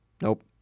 Nope